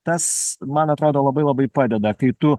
tas man atrodo labai labai padeda kai tu